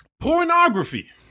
Pornography